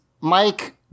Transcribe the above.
Mike